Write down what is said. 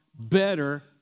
better